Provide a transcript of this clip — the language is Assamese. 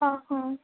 অঁ অঁ